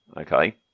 Okay